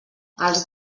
els